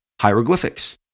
hieroglyphics